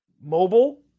mobile